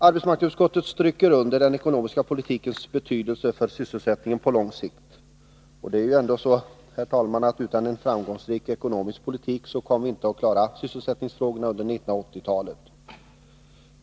Arbetsmarknadsutskottet stryker under den ekonomiska politikens betydelse för sysselsättningen på lång sikt. Det är ju ändå så, herr talman, att utan en framgångsrik ekonomisk politik kommer vi inte att klara sysselsättningsfrågorna under 1980-talet.